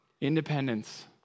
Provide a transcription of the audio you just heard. Independence